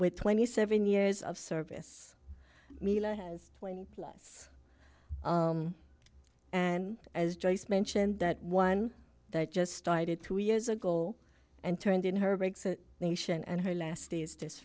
with twenty seven years of service has twenty plus and as joyce mentioned that one that just started two years ago and turned in her nation and her last days this